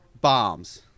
bombs